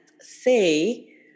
say